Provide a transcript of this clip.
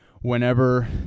whenever